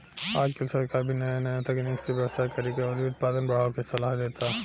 आजकल सरकार भी नाया नाया तकनीक से व्यवसाय करेके अउरी उत्पादन बढ़ावे के सालाह देता